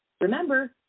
Remember